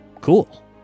cool